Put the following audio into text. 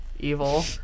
Evil